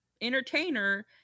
entertainer